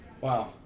Wow